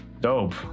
dope